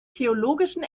theologischen